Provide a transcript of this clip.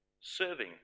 serving